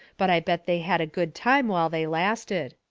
but i bet they had a good time while they lasted.